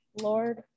lord